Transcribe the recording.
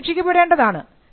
അത് സംരക്ഷിക്കപ്പെടേണ്ടതാണ്